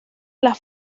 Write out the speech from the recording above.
las